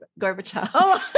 Gorbachev